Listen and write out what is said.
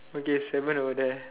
okay seven over there